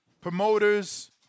promoters